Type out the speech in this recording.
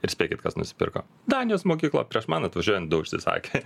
ir spėkit kas nusipirko danijos mokykla prieš man atvažiuojant du užsisakė